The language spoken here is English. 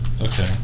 Okay